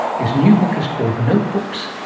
his new book is called notebooks,